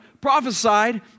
prophesied